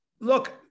look